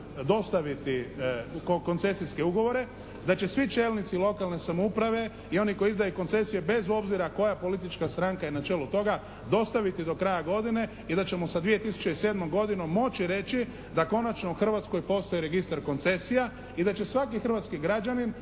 dostaviti koncesijske ugovore, da će svi čelnici lokalne samouprave i oni koji izdaju koncesije bez obzira koja politička stranka je na čelu toga dostaviti do kraja godine i da ćemo sa 2007. godinom moći reći da konačno u Hrvatskoj postoji registar koncesija i da će svaki hrvatski građanin,